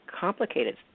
complicated